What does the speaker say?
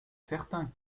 certains